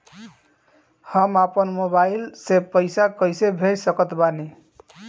हम अपना मोबाइल से पैसा कैसे भेज सकत बानी?